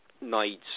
nights